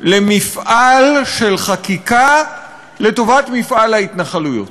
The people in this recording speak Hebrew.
למפעל של חקיקה לטובת מפעל ההתנחלויות,